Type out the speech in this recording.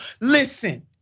Listen